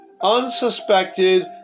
unsuspected